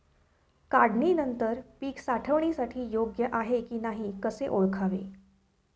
काढणी नंतर पीक साठवणीसाठी योग्य आहे की नाही कसे ओळखावे?